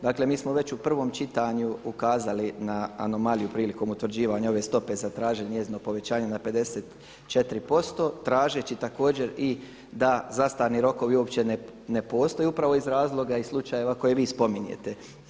Dakle mi smo već u prvom čitanju ukazali na anomaliju prilikom utvrđivanja ove stope, zatražili njezino povećanje na 54% tražeći također i da zastarni rokovi uopće ne postoje upravo iz razloga i slučajeva koje vi spominjete.